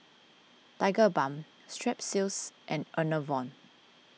Tigerbalm Strepsils and Enervon